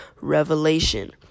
revelation